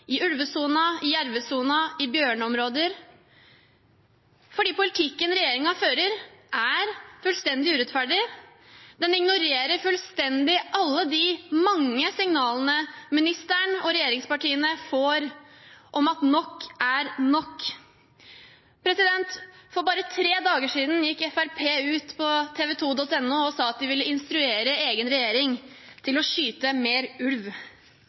i ulvesonen, i jervesonen og i bjørneområder, fordi politikken regjeringen fører, er fullstendig urettferdig. Den ignorerer fullstendig alle de mange signalene ministeren og regjeringspartiene får om at nok er nok. For bare tre dager siden gikk Fremskrittspartiet ut på tv2.no og sa at de ville instruere egen regjering til å skyte mer ulv.